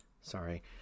sorry